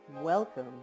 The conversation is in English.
Welcome